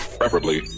preferably